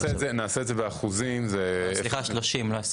את זה באחוזים --- סליחה, 30 מיליון.